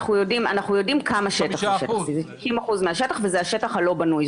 אנחנו יודעים כמה שטח זה שטח C. 90 אחוזים מהשטח וזה השטח הלא בנוי.